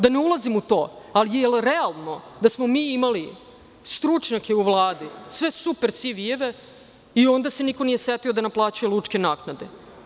Da ne ulazim u to, ali, jel realno da smo mi imali stručnjake u Vladi, sve super CV-eve, i onda se niko nije setio da naplaćuje lučke naknade.